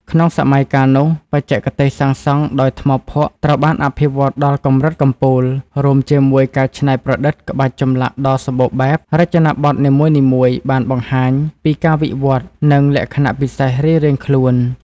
ក្នុងសម័យកាលនោះ បច្ចេកទេសសាងសង់ដោយ ថ្មភក់ ត្រូវបានអភិវឌ្ឍដល់កម្រិតកំពូល រួមជាមួយការច្នៃប្រឌិតក្បាច់ចម្លាក់ដ៏សម្បូរបែប រចនាបថនីមួយៗបានបង្ហាញពីការវិវត្តន៍ និងលក្ខណៈពិសេសរៀងៗខ្លួន។